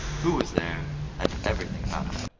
who was there and everything about it.